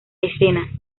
escena